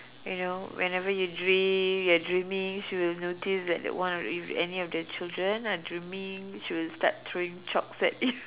you know whenever you dream you are dreaming she will notice that one if any of the children are dreaming she will start throwing chalks at you